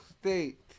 state